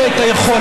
יש לה את היכולת,